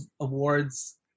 awards